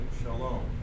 shalom